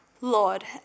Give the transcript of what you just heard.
Lord